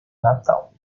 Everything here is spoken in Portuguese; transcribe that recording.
natal